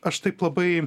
aš taip labai